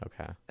Okay